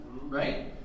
right